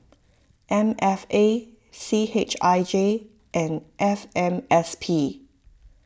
M F A C H I J and F M S P